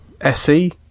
SE